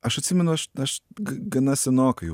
aš atsimenu aš aš ga gana senokai jau